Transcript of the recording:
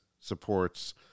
supports